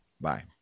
Bye